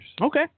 Okay